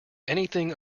anything